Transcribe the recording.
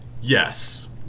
Yes